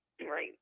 Right